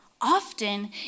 Often